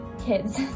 kids